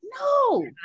No